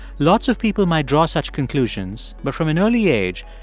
lots of people might draw such conclusions, but from an early age,